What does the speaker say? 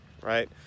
right